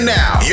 now